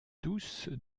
douce